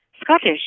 Scottish